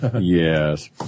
Yes